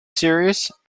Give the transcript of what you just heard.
series